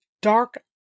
dark